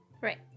Right